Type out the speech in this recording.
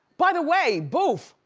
by the way, boof,